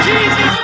Jesus